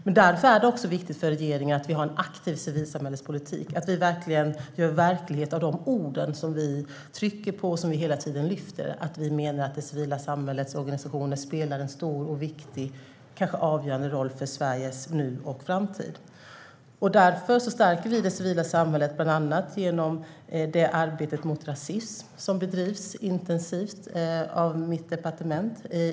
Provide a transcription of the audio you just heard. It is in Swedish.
Det är viktigt för regeringen att vi har en aktiv civilsamhällespolitik och att vi gör verklighet av de ord som vi trycker på och lyfter hela tiden. Vi menar att det civila samhällets organisationer spelar en stor och viktig, kanske avgörande, roll för Sveriges nutid och framtid. Vi stärker därför det civila samhället, bland annat genom det arbete mot rasism som bedrivs intensivt av mitt departement.